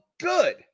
good